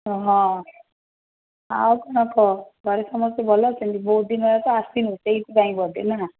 ହଁ ଆଉ କ'ଣ କହ ଘରେ ସମସ୍ତେ ଭଲ ଅଛନ୍ତି ବହୁତ ଦିନ ହେଲାଣି ତ ଆସିନୁ ସେଇଥିପାଇଁ ବୋଧେ ନା